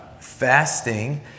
fasting